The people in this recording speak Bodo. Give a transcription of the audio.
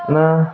ना